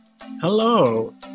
Hello